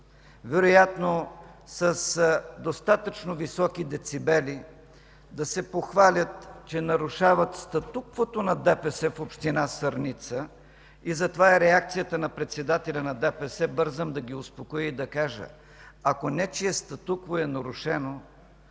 ...вероятно с достатъчно високи децибели да се похвалят, че нарушават статуквото на ДПС в община Сърница и затова е реакцията на председателя на ДПС. Бързам да ги успокоя и да кажа – ако нечие статукво е нарушено,